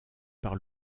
par